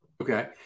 Okay